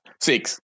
Six